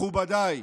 מכובדיי,